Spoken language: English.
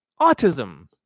autism